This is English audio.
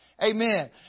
Amen